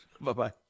Bye-bye